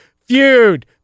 Feud